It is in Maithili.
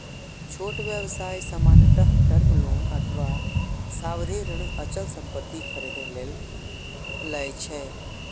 छोट व्यवसाय सामान्यतः टर्म लोन अथवा सावधि ऋण अचल संपत्ति खरीदै लेल लए छै